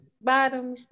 bottoms